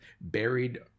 buried